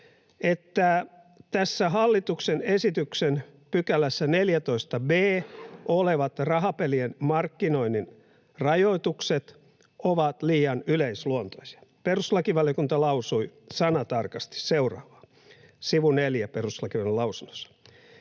että tässä hallituksen esityksen 14 b §:ssä olevat rahapelien markkinoinnin rajoitukset ovat liian yleisluontoisia. Perustuslakivaliokunta lausui sanatarkasti seuraavaa, sivu 4 perustuslakivaliokunnan lausunnossa: